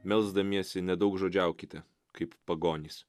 melsdamiesi nedaugžodžiaukite kaip pagonys